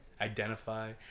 Identify